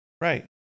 right